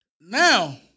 Now